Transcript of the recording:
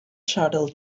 shuttle